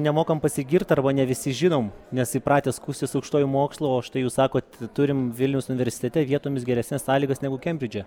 nemokam pasigirt arba ne visi žinom nes įpratę skųstis aukštuoju mokslu o štai jūs sakot turim vilniaus universitete vietomis geresnes sąlygas negu kembridže